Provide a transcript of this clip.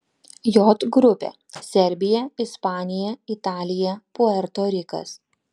j grupė serbija ispanija italija puerto rikas